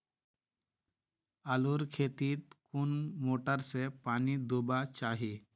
आलूर खेतीत कुन मोटर से पानी दुबा चही?